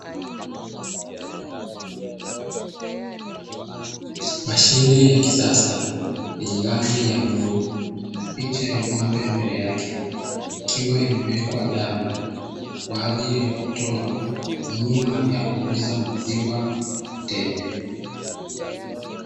Mashine ya kisasa yenye rangi ya bluu na picha ya ng’ombe mbele yake. Ikiwa imewekwa ndani kwa ajili ya kutoa huduma ya kuuza maziwa kwa wateja.